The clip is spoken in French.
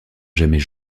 jamais